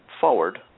forward